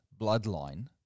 bloodline